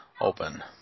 open